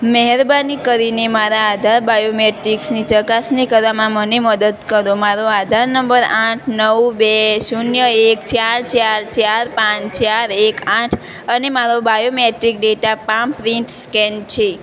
મહેરબાની કરીને મારા આધાર બાયોમેટ્રિક્સની ચકાસણી કરવામાં મને મદદ કરો મારો આધાર નંબર આઠ નવ બે શૂન્ય એક ચાર ચાર ચાર પાંચ ચાર એક આઠ અને biometric data palm print scan છે